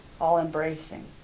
all-embracing